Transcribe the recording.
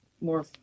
more